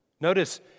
Notice